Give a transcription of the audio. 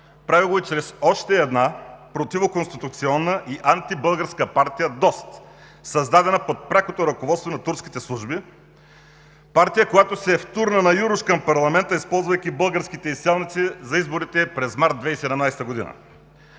прави го и чрез още една противоконституционна и антибългарска партия ДОСТ, създадена под прякото ръководство на турските служби – партия, която се втурна на юруш към парламента, използвайки българските изселници за изборите през март 2017 г.